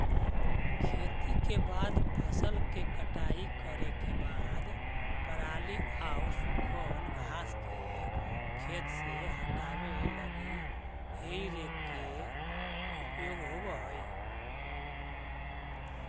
खेती के बाद फसल के कटाई करे के बाद पराली आउ सूखल घास के खेत से हटावे लगी हेइ रेक के उपयोग होवऽ हई